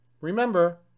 Remember